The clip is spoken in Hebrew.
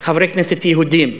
חברי כנסת יהודים,